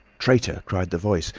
traitor! cried the voice,